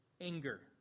anger